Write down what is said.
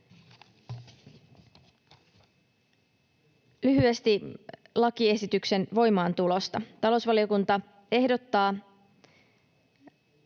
Lyhyesti lakiesityksen voimaantulosta: Talousvaliokunta ehdottaa